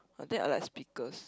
I think I like speakers